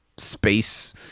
space